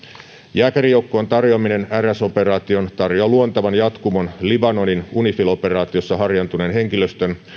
jääkärijoukkueen tarjoaminen rs operaatioon tarjoaa luontevan jatkumon libanonin unifil operaatiossa harjaantuneen henkilöstön